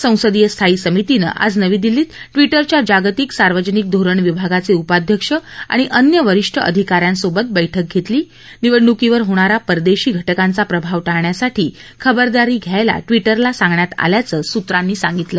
संसदीय स्थायी समितीनं आज नवी दिल्लीत ट्विटरच्या जागतिक सार्वजनिक धोरण विभागाचे उपाध्यक्ष आणि अन्य वरिष्ठ अधिकाऱ्यांसोबत बैठक घेतली निवडणुकीवर होणारा परदेशी घटकांचा प्रभाव टाळण्यासाठी खबरदारी घायला ट्विटरला सांगण्यात आल्याचं सूत्रांनी सांगितलं